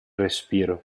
respiro